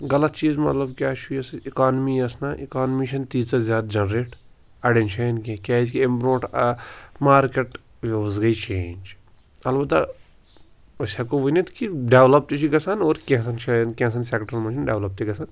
غلط چیٖز مطلب کیٛاہ چھُ یُس اِکانمی ٲس نَہ اِکانمی چھَنہٕ تیٖژاہ زیادٕ جَنریٹ اَڑٮ۪ن جایَن کیٚنٛہہ کیٛازِکہِ ایٚمۍ برٛونٛٹھ مارکٮ۪ٹ وِوٕز گٔے چینٛج البتہ أسۍ ہٮ۪کو ؤنِتھ کہِ ڈٮ۪ولَپ تہِ چھِ گژھان اور کینٛژھَن جایَن کینٛژھَن سٮ۪کٹَرَن منٛز چھِنہٕ ڈٮ۪ولَپ تہِ گژھان